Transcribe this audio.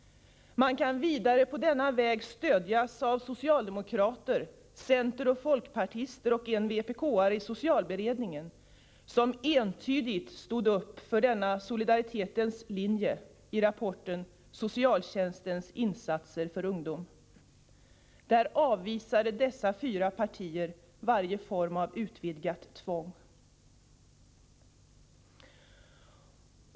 Man kan vidare på denna väg stödjas av socialdemokrater, centeroch folkpartister samt en vpk-are i socialberedningen, vilka entydigt stod upp för denna solidaritetens linje i rapporten Socialtjänstens insatser för ungdom. Där avvisade dessa fyra partier varje form av utvidgat tvång.